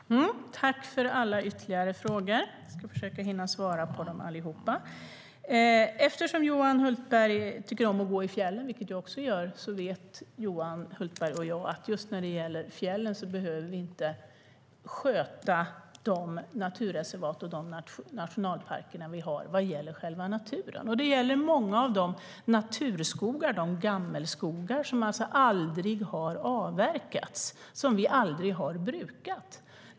Herr talman! Tack, Johan Hultberg, för alla ytterligare frågor! Jag ska försöka hinna svara på alla. Eftersom Johan Hultberg tycker om att gå i fjällen, vilket jag också gör, vet Johan Hultberg och jag att vi inte behöver sköta själva naturen i de naturreservat och nationalparker vi har där. Det gäller också många naturskogar, som aldrig har avverkats och alltså aldrig har brukats.